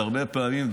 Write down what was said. הרבה פעמים,